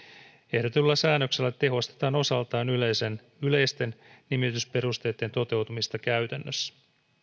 ehdotetulla säännöksellä tehostetaan osaltaan yleisten yleisten nimitysperusteitten toteutumista käytännössä